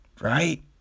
right